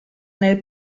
nel